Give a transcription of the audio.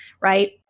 right